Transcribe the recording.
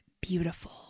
beautiful